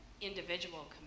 individual